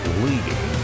leading